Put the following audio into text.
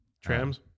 trams